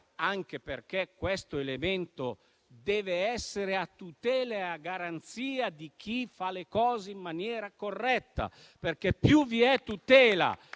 di filiera. Questo elemento dev'essere a tutela e a garanzia di chi fa le cose in maniera corretta, perché più vi è tutela